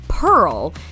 Pearl